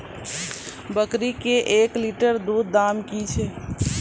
बकरी के एक लिटर दूध दाम कि छ?